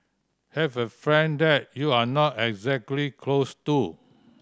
have a friend that you're not exactly close to